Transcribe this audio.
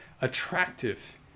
attractive